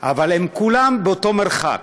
אבל הם כולם באותו מרחק.